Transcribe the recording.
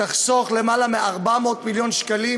תחסוך יותר מ-400 מיליון שקלים,